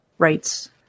rights